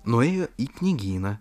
nuėjo į knygyną